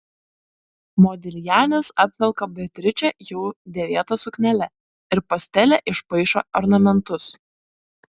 modiljanis apvelka beatričę jau dėvėta suknele ir pastele išpaišo ornamentus